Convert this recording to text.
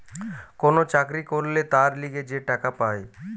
কোন চাকরি করলে তার লিগে যে টাকা পায়